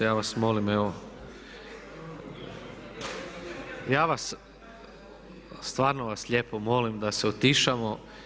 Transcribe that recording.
Ja vas molim evo, stvarno vas lijepo molim da se utišamo.